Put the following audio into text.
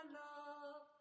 love